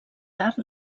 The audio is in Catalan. tard